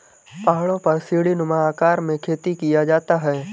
पहाड़ों पर सीढ़ीनुमा आकार में खेती किया जाता है